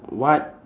what